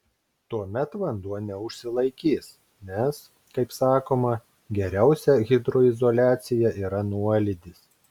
tuomet vanduo neužsilaikys nes kaip sakoma geriausia hidroizoliacija yra nuolydis